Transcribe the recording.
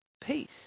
peace